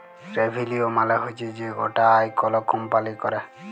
revenue মালে হচ্যে যে গটা আয় কল কম্পালি ক্যরে